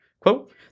Quote